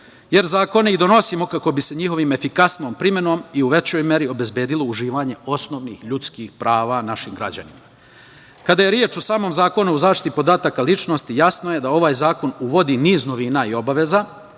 jer zakone i donosimo kako bi se njihovom efikasnom primenom i u većoj meri obezbedilo uživanje osnovnih ljudskih prava naših građanima. Kada je reč o samom Zakonu o zaštiti podatka ličnosti, jasno je da ovaj zakon uvodi niz novina i obaveza,